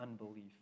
unbelief